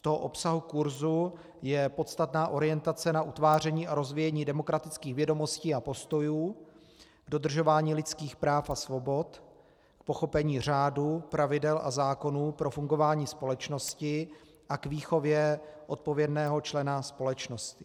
Z obsahu kurzu je podstatná orientace na utváření a rozvíjení demokratických vědomostí a postojů, dodržování lidských práv a svobod, pochopení řádu, pravidel a zákonů pro fungování společnosti a k výchově odpovědného člena společnosti.